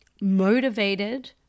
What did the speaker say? motivated